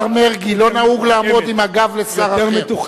השר מרגי, לא נהוג לעמוד עם הגב לשר אחר.